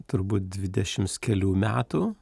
turbūt dvidešims kelių metų